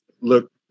look